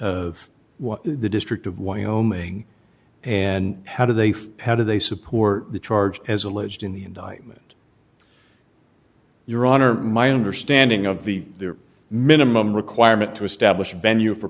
of the district of wyoming and how do they feel how do they support the charge as alleged in the indictment your honor my understanding of the minimum requirement to establish venue for